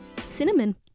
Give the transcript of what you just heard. cinnamon